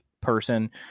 person